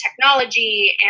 technology